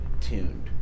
tuned